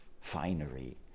finery